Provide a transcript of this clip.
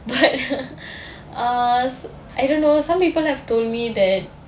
but err I don't know some people have told me that